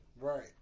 Right